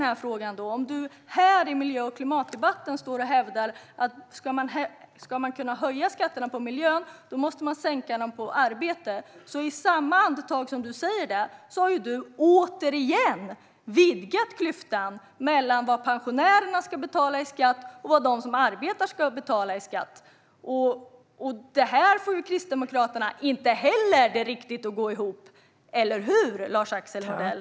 Lars-Axel Nordell hävdar i denna klimat och miljödebatt att om man ska kunna höja skatterna på miljön måste man sänka dem på arbete. Men i samma andetag som han säger detta har han återigen vidgat klyftan mellan vad pensionärerna ska betala i skatt och vad de som arbetar ska betala i skatt. Här får Kristdemokraterna det inte riktigt att gå ihop. Eller hur, LarsAxel Nordell?